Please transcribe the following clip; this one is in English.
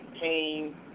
pain